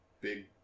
big